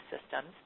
systems